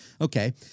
Okay